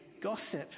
gossip